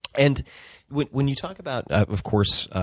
and when when you talk about, of course,